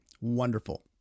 Wonderful